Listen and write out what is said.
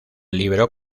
libro